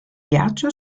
ghiaccio